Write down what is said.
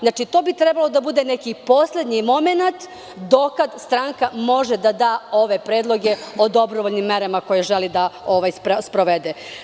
Znači, to bi trebalo da bude neki poslednji momenat do kada stranaka može da da ove predloge o dobrovoljnim merama koje želi da sprovede.